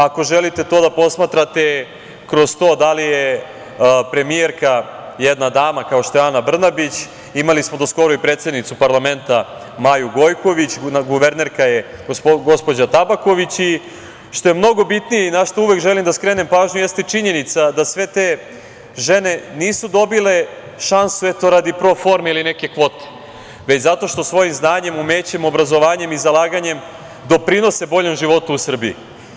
Ako želite to da posmatrate kroz to da li je premijerka jedna dama, kao što je Ana Brnabić, imali smo do skoro i predsednicu parlamenta Maju Gojković, guvernerka je gospođa Tabaković i što je mnogo bitnije i na šta uvek želim da skrenem pažnju jeste činjenica da sve te žene nisu dobile šansu eto radi pro forme ili neke kvote, već zato što svojim znanjem, umećem, obrazovanjem i zalaganjem doprinose boljem životu u Srbiji.